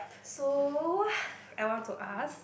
so I want to ask